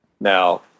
Now